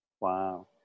Wow